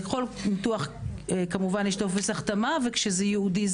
לכל ניתוח יש טופס החתמה וכשזה ייעודי,